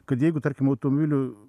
kad jeigu tarkim automobilių